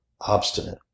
obstinate